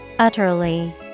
Utterly